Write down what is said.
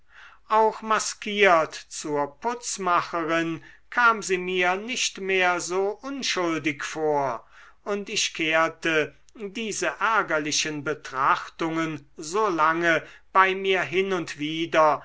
auch maskiert zur putzmacherin kam sie mir nicht mehr so unschuldig vor und ich kehrte diese ärgerlichen betrachtungen so lange bei mir hin und wider